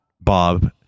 Bob